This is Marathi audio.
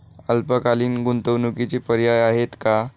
अल्पकालीन गुंतवणूकीचे पर्याय आहेत का?